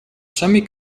semi